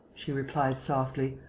she replied, softly.